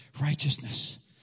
righteousness